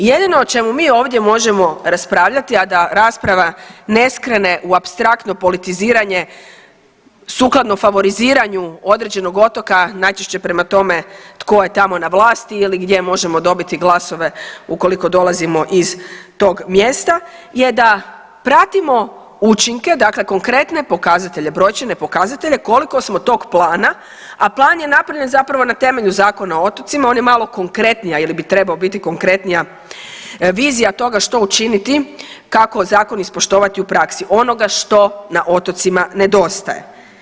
I jedino o čemu mi ovdje možemo raspravljati, a da rasprava ne skrene u apstraktno politiziranje sukladno favoriziranju određenog otoka najčešće prema tome tko je tamo na vlasti ili gdje možemo dobiti glasove ukoliko dolazimo iz tog mjesta, je da pratimo učinke dakle konkretne pokazatelje, brojčane pokazatelje koliko smo tog plana, a plan je napravljen zapravo na temelju Zakona o otocima, on je malo konkretnija ili bi trebao biti konkretnija vizija toga što učiniti, kako zakon ispoštovati u praksi onoga što na otocima nedostaje.